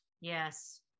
Yes